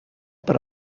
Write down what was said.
per